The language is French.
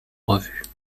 revues